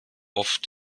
oft